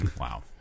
Wow